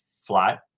flat